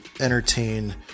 entertain